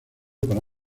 para